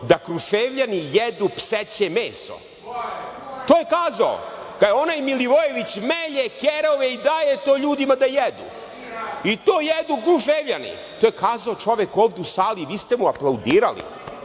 da Kruševljani jedu pseće meso. To je kazao – onaj Milivojević melje kerove i daje to ljudima da jedu i to jedu Kruševljani. To je kazao čovek ovde u sali i vi ste mu aplaudirali,